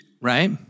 Right